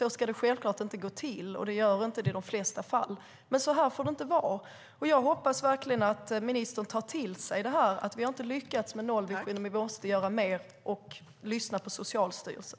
Så ska det självklart inte gå till, och i de flesta fall gör det inte heller det. Men så här får det inte vara. Jag hoppas verkligen att ministern tar till sig att vi inte har lyckats med nollvisionen. Vi måste göra mer och lyssna på Socialstyrelsen.